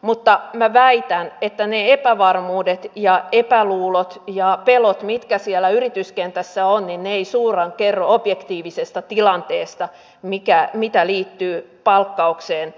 mutta väitän että ne epävarmuudet epäluulot ja pelot mitkä siellä yrityskentässä ovat eivät suoraan kerro objektiivisesta tilanteesta siitä mitä liittyy palkkaukseen